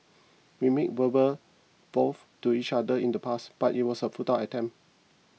we made verbal vows to each other in the past but it was a futile attempt